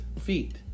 feet